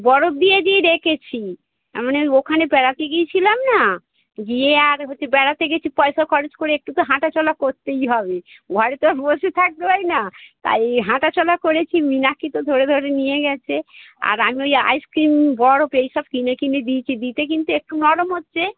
বরফ দিয়ে দিয়ে রেখেছি মানে ওখানে বেড়াতে গিয়েছিলাম না গিয়ে আর হচ্ছে বেড়াতে গেছি পয়সা খরচ করে একটু তো হাঁটা চলা করতেই হবে ঘরে তো আর বসে থাকতে পারি না তাই এই হাঁটা চলা করেছি মীনাক্ষী তো ধরে ধরে নিয়ে গেছে আর আমি ওই আইসক্রিম বরফ এই সব কিনে কিনে দিয়েছি দিতে কিন্তু একটু নরম হচ্ছে